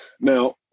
Now